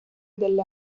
delle